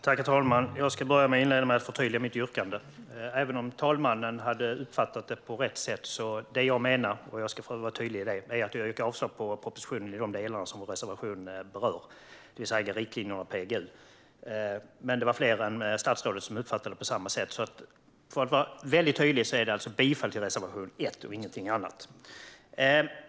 Herr talman! Jag ska inleda med att förtydliga mitt yrkande, även om talmannen hade uppfattat det på rätt sätt. Jag yrkar avslag på propositionen i de delar som vår reservation berör, det vill säga riktlinjerna och PGU. Det var fler än statsrådet som uppfattade det fel, så för att vara tydlig yrkar jag bifall till reservation 1 och ingenting annat.